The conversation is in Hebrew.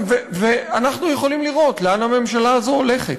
ואנחנו יכולים לראות לאן הממשלה הזו הולכת.